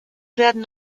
werden